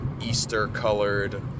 Easter-colored